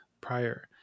prior